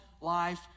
life